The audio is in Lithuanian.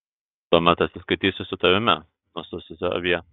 tuomet atsiskaitysiu su tavimi nusususi avie